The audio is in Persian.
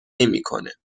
نمیکنه